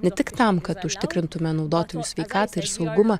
ne tik tam kad užtikrintume naudotojų sveikatą ir saugumą